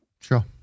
Sure